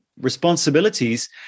responsibilities